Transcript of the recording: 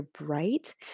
bright